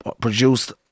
produced